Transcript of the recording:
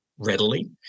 readily